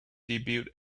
debut